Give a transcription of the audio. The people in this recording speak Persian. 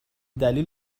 دلیل